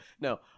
No